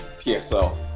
PSL